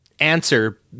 answer